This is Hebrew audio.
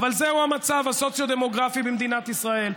אבל זהו המצב הסוציו-דמוגרפי במדינת ישראל.